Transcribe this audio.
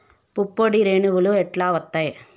పుప్పొడి రేణువులు ఎట్లా వత్తయ్?